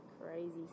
Crazy